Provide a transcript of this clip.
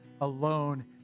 alone